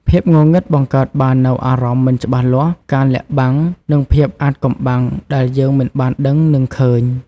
ភាពងងឹតបង្កើតបាននូវអារម្មណ៍មិនច្បាស់លាស់ ការលាក់បាំង និងភាពអាថ៌កំបាំងដែលយើងមិនបានដឹង នឹងឃើញ ។